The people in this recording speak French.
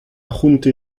junte